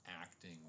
acting